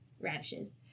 radishes